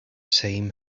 same